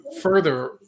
further